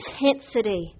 intensity